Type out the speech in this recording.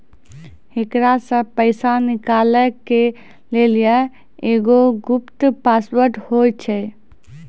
एकरा से पैसा निकालै के लेली एगो गुप्त पासवर्ड होय छै